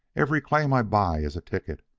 every claim i buy is a ticket.